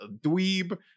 dweeb